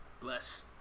Bless